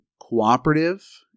cooperative